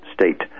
state